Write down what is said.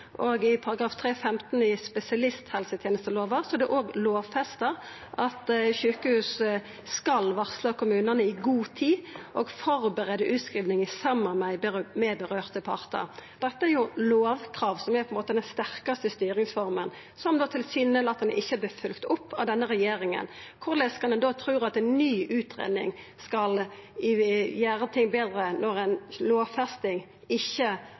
og i § 3-15 i spesialisthelsetenestelova er det òg lovfesta at sjukehus skal varsla kommunane i god tid og førebu utskriving i samarbeid med dei partane det gjeld. Dette er jo lovkrav, som er den sterkaste styringsforma, som tilsynelatande ikkje har vorte følgde opp av denne regjeringa. Korleis kan ein da tru at ei ny utgreiing skal gjera ting betre, når ei lovfesting ikkje